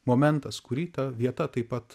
momentas kurį ta vieta taip pat